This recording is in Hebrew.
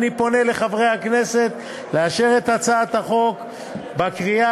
אני פונה לחברי הכנסת לאשר את הצעת החוק בקריאה